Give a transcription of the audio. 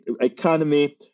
economy